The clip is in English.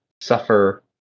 suffer